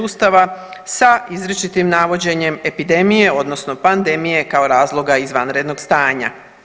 Ustava sa izričitim navođenjem epidemije odnosno pandemije kao razloga izvanrednoga stanja.